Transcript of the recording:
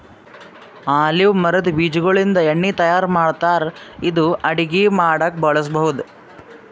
olive ಮರದ್ ಬೀಜಾಗೋಳಿಂದ ಎಣ್ಣಿ ತಯಾರ್ ಮಾಡ್ತಾರ್ ಇದು ಅಡಗಿ ಮಾಡಕ್ಕ್ ಬಳಸ್ಬಹುದ್